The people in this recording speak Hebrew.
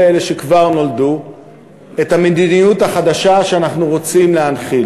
אני חושב שצריך למחוק את הדמגוגיה הזאת שמנסים לעשות לנו באופוזיציה,